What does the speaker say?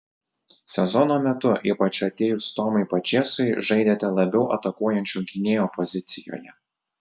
sezono metu ypač atėjus tomui pačėsui žaidėte labiau atakuojančio gynėjo pozicijoje